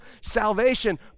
Salvation